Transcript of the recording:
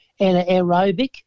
anaerobic